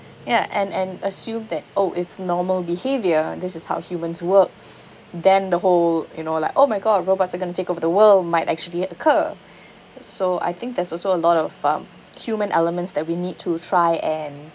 ya and and assumed that oh it's normal behaviour this is how humans work then the whole you know like oh my god robots are going to take over the world might actually occur so I think there's also a lot of um human elements that we need to try and